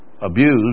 abused